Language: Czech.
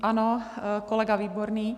Ano, kolega Výborný.